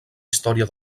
història